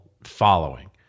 following